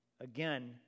Again